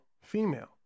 female